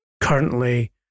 currently